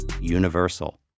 universal